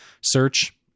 Search